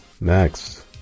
next